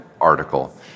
article